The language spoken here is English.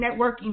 networking